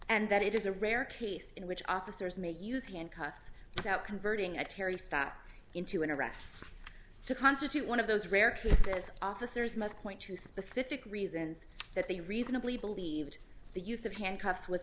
and that it is a rare case in which officers mate used hand cuffs doubt converting at terry stop into an arrests to constitute one of those rare here as officers must point to specific reasons that they reasonably believed the use of handcuffs w